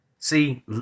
See